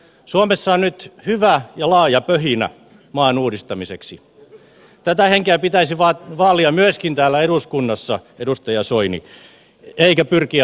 suomessa on nyt hyvä ja laaja pöhinä maan uudistamiseksi tätä henkeä pitäisi vaalia myöskin täällä eduskunnassa edustaja soini eikä pyrkiä hajottamaan